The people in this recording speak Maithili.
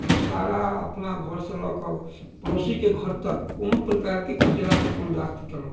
ओ सारा अपना घरसँ लऽ कऽ पड़ोसीके घर तक कोनो प्रकारके कचराके कोनो बात नहि कयलहुँ